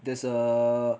there's a